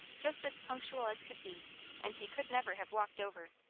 just as punctual as could be and he could never have walked over.